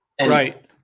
Right